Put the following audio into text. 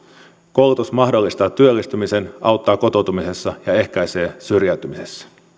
koulutus mahdollistaa työllistymisen auttaa kotoutumisessa ja ehkäisee syrjäytymistä